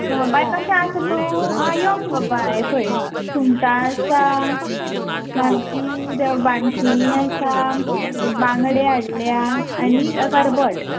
आं बाय कशें आसा तूं आं यो मुगो बाय पळय सुंगटां आसा मागीर बाणशिरीं आसात बांगडे हाडल्या आनीक करबट